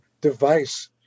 device